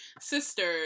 sisters